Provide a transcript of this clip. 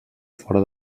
fora